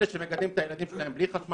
אלה שמגדלים את הילדים שלהם בלי חשמל,